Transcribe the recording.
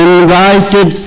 invited